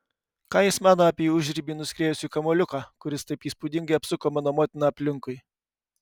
ką jis mano apie į užribį nuskriejusi kamuoliuką kuris taip įspūdingai apsuko mano motiną aplinkui